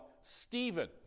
Stephen